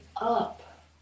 up